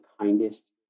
kindest